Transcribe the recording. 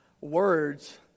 words